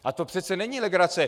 A to přece není legrace.